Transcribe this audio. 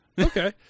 Okay